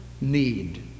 need